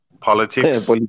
politics